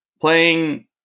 playing